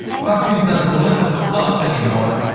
fox news doesn't deliver for us anymore.